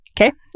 Okay